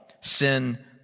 sin